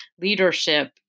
leadership